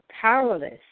powerless